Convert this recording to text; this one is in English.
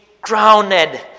crowned